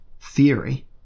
theory